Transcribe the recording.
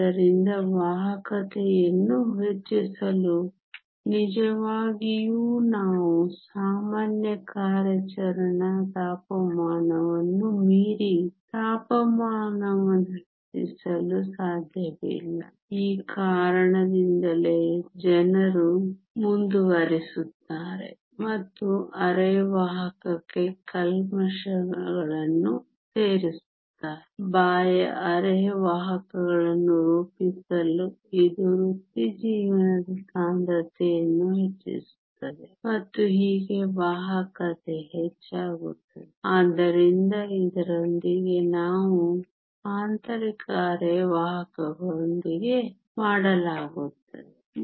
ಆದ್ದರಿಂದ ವಾಹಕತೆಯನ್ನು ಹೆಚ್ಚಿಸಲು ನಿಜವಾಗಿಯೂ ನಾವು ಸಾಮಾನ್ಯ ಕಾರ್ಯಾಚರಣಾ ತಾಪಮಾನವನ್ನು ಮೀರಿ ತಾಪಮಾನವನ್ನು ಹೆಚ್ಚಿಸಲು ಸಾಧ್ಯವಿಲ್ಲ ಈ ಕಾರಣದಿಂದಲೇ ಜನರು ಮುಂದುವರಿಯುತ್ತಾರೆ ಮತ್ತು ಅರೆವಾಹಕಕ್ಕೆ ಕಲ್ಮಶಗಳನ್ನು ಸೇರಿಸುತ್ತಾರೆ ಬಾಹ್ಯ ಅರೆವಾಹಕಗಳನ್ನು ರೂಪಿಸಲು ಇದು ವೃತ್ತಿಜೀವನದ ಸಾಂದ್ರತೆಯನ್ನು ಹೆಚ್ಚಿಸುತ್ತದೆ ಮತ್ತು ಹೀಗೆ ವಾಹಕತೆ ಹೆಚ್ಚಾಗುತ್ತದೆ ಆದ್ದರಿಂದ ಇದರೊಂದಿಗೆ ನಾವು ಆಂತರಿಕ ಅರೆವಾಹಕಗಳೊಂದಿಗೆ ಮಾಡಲಾಗುತ್ತದೆ